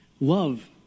Love